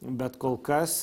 bet kol kas